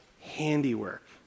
handiwork